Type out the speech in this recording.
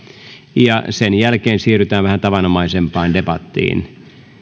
ja sen jälkeen siirrytään vähän tavanomaisempaan debattiin